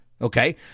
Okay